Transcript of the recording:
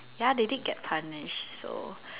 ya they did get punished so